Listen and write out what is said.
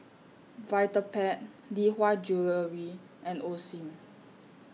Vitapet Lee Hwa Jewellery and Osim